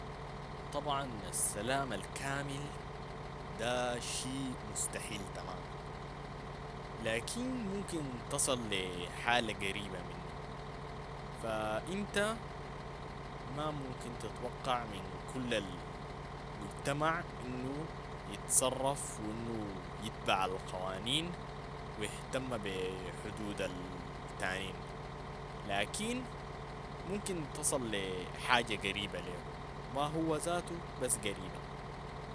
طبعا السلام الكامل ده شي مستحيل تماما، لكن ممكن تصل لي حالة قريبة منو، فانت ما ممكن تتوقع من كل ال- مجتمع انو يتصرف و انو يتبع القوانين و يهتم بي حدود ال- التانين، لكن ممكن تصل لي حاجة قريبة لهو ما هو ذاتو بس قريبة.